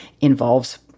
involves